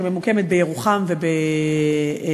שממוקמת בירוחם וברמת-חובב,